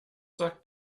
sagt